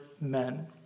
men